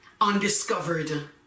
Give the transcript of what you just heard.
undiscovered